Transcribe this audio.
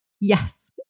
Yes